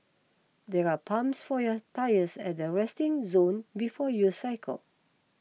there are pumps for your tyres at the resting zone before you cycle